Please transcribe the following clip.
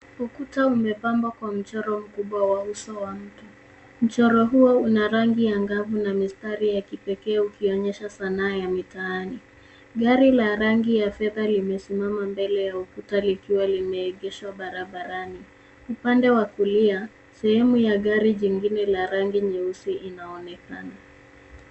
Ukuta umepambwa kwa mchoro mkubwa wa uso wa mtu. Mchoro huo una rangi angavu na mistari ya kipekee ukionyesha sanaa ya mitaani. Gari la rangi ya fedha limesimama mbele ya ukuta likiwa limeegeshwa barabarani. Upande wa kulia, sehemu ya gari jingine la rangi nyeusi inaonekana.